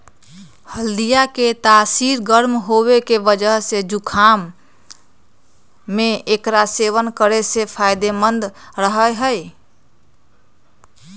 हल्दीया के तासीर गर्म होवे के वजह से जुकाम में एकरा सेवन करे से फायदेमंद रहा हई